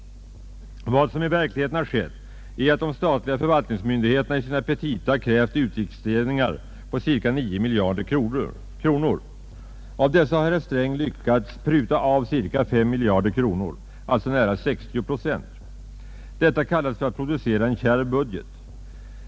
Vad som i verkligheten har skett är att de statliga förvaltningsmyndigheterna i sina petita krävt utgiftsstegringar på cirka 9 miljarder kronor. Av dessa har herr Sträng lyckats pruta cirka 5 miljarder kronor, alltså nära 60 procent. Detta kallas för att producera en kärv budget.